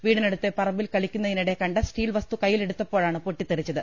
വീടിനടുത്തെപറ മ്പിൽ കളിക്കുന്നതിനിടെ കണ്ട സ്റ്റീൽ വസ്തു കൈയിലെടുത്തപ്പോഴാണ് പൊട്ടിത്തെറിച്ചത്